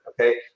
okay